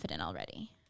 already